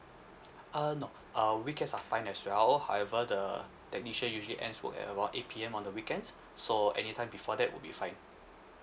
uh no uh weekends are fine as well however the technician usually ends work at about eight P_M on the weekends so anytime before that would be fine